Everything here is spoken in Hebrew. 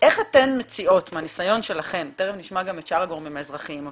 איך אתן מציעות מהניסיון שלכן תכף נשמע גם את שאר הגורמים האזרחיים.